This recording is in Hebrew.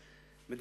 האבסורד,